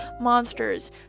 monsters